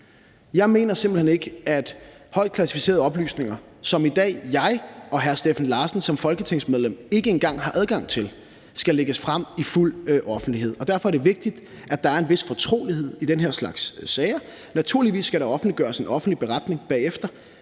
Jeg mener simpelt hen ikke, at højt klassificerede oplysninger, som jeg og hr. Steffen Larsen som folketingsmedlemmer i dag ikke engang har adgang til, skal lægges frem i fuld offentlighed. Og derfor er det vigtigt, at der er en vis fortrolighed i den her slags sager. Naturligvis skal der offentliggøres en beretning bagefter.